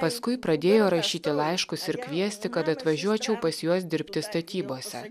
paskui pradėjo rašyti laiškus ir kviesti kad atvažiuočiau pas juos dirbti statybose